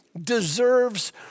deserves